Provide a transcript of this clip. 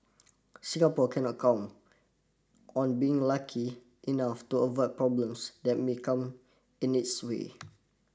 Singapore cannot count on being lucky enough to avoid problems that may come in its way